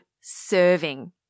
serving